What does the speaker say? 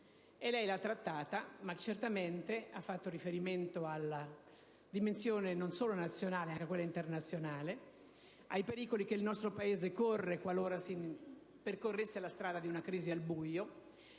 lei l'ha trattata, e certamente ha fatto riferimento alla dimensione non solo nazionale, ma anche a quella internazionale, ai pericoli che il nostro Paese correrebbe qualora si percorresse la strada di una crisi al buio,